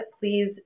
please